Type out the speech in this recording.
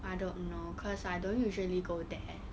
I don't know cause I don't usually go there